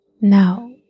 now